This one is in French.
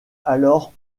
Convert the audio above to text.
alors